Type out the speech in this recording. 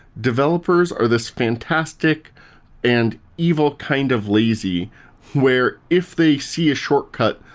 developers are this fantastic and evil kind of lazy where if they see a shortcut,